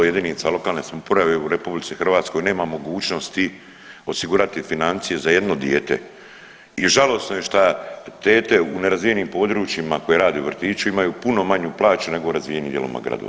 40% jedinica lokalne samouprave u RH nema mogućnosti osigurati financije za jedno dijete i žalosno je šta tete u nerazvijenim područjima koje rade u vrtiću imaju puno manju plaću nego u razvijenim dijelovima gradova.